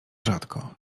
rzadko